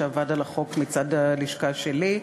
שעבד על החוק מצד הלשכה שלי.